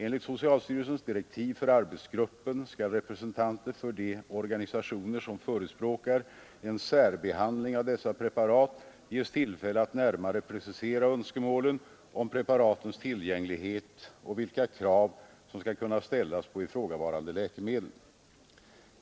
Enligt socialstyrelsens direktiv för arbetsgruppen skall representanter för de organisationer som förespråkar en särbehandling av dessa preparat ges tillfälle att närmare precisera önskemålen om preparatens tillgänglighet och vilka krav som skall kunna ställas på ifrågavarande läkemedel.